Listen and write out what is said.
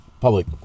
Public